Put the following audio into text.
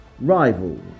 rivals